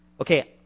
Okay